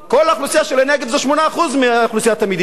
כל האוכלוסייה של הנגב היא 8% מאוכלוסיית המדינה.